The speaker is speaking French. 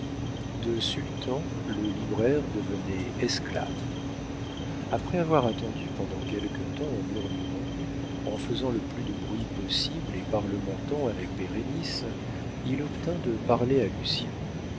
de sultan le libraire devenait esclave après avoir attendu pendant quelque temps en murmurant en faisant le plus de bruit possible et parlementant avec bérénice il obtint de parler à lucien